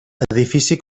edifici